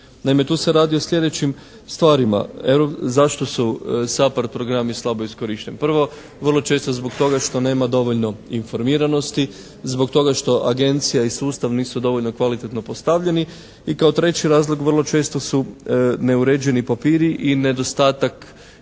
tu se radi o sljedećim stvarima. Zašto su SAPARD programi slabo iskorišteni? Prvo, vrlo često zbog toga što nema dovoljno informiranosti. Zbog toga što agencija i sustav nisu dovoljno kvalitetno postavljeni i kao 3. razlog vrlo često su neuređeni papiri i nedostatak kvalitetnih